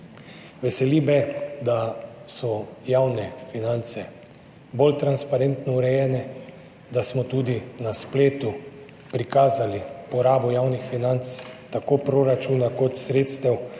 Veseli me, da so javne finance bolj transparentno urejene, da smo tudi na spletu prikazali porabo javnih financ, tako proračuna kot sredstev,